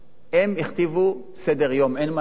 הם הכתיבו סדר-יום, אין מה לעשות.